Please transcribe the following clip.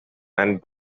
and